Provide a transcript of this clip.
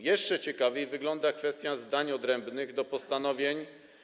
Jeszcze ciekawiej wygląda kwestia zdań odrębnych do postanowień.